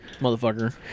motherfucker